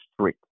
street